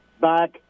back